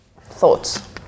thoughts